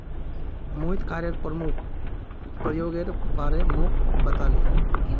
Mohit coir प्रमुख प्रयोगेर बारे मोक बताले